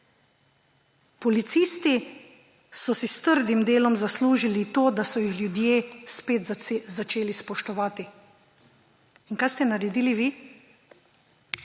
Policisti so si s trdim delom zaslužili to, da so jih ljudje spet začeli spoštovati. In kaj ste naredili vi?